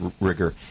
rigor